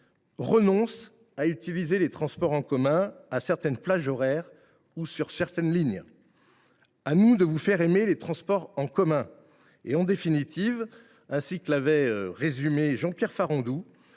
renoncent à utiliser les transports en commun à certaines plages horaires ou sur certaines lignes. À nous de leur faire aimer les transports en commun ! En définitive, ainsi que l’avait résumé Jean Pierre Farandou